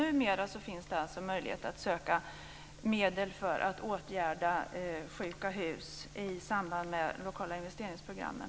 Numera finns det alltså möjlighet att söka medel för att åtgärda sjuka hus i samband med de lokala investeringsprogrammen.